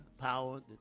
power